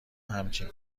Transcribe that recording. همچین